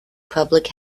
public